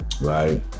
Right